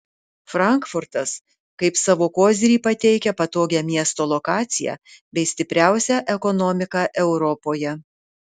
frankfurtas kaip savo kozirį pateikia patogią miesto lokaciją bei stipriausią ekonomiką europoje